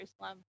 Jerusalem